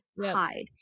hide